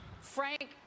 Frank